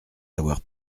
avoir